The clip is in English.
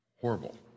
horrible